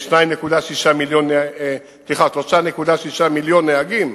3.6 מיליון נהגים,